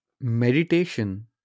Meditation